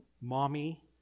mommy